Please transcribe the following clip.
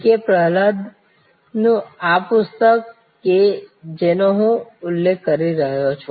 કે પ્રહલાદ નું આ પુસ્તક કે જેનો હું ઉલ્લેખ કરું છું